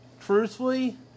Truthfully